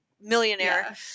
millionaire